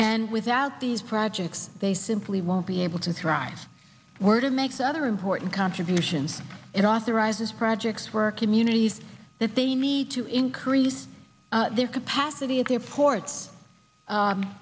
and without these projects they simply won't be able to thrive word it makes other important contributions it authorizes projects were communities that they need to increase their capacity at the airports